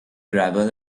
gravel